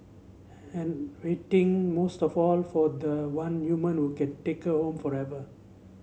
and waiting most of all for the one human who can take her home forever